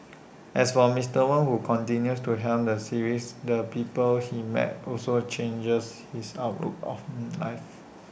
as for Mister Wong who continues to helm the series the people he met also changed his outlook on life